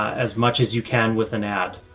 as much as you can with an ad.